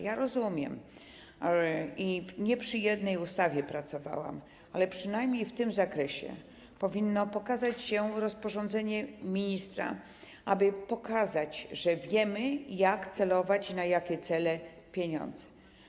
Ja rozumiem i nie przy jednej ustawie pracowałam, ale przynajmniej w tym zakresie powinno ukazać się rozporządzenie ministra, aby pokazać, że wiemy, jak celować i na jakie cele przeznaczać pieniądze.